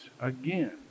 again